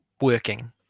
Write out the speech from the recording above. working